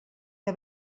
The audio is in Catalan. que